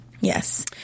Yes